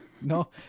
No